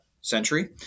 century